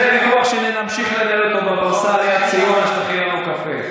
אז זה ויכוח שנמשיך לנהל אותו בפרסה ליד ציונה כשהיא תכין לנו קפה.